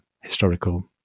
historical